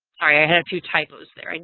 sorry, i had two typos there. and